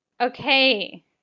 Okay